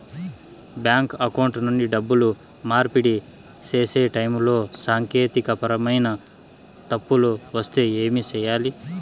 bank account నుండి డబ్బులు మార్పిడి సేసే టైములో సాంకేతికపరమైన తప్పులు వస్తే ఏమి సేయాలి